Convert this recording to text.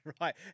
right